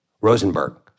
Rosenberg